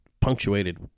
punctuated